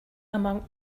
among